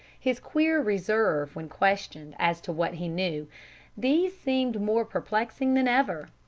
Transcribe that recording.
his queer reserve when questioned as to what he knew these seemed more perplexing than ever.